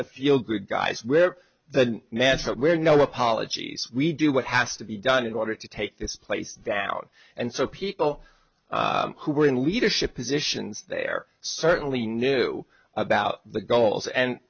the fuel good guys we're the natural we're no apologies we do what has to be done in order to take this place down and so people who were in leadership positions there certainly knew about the goals and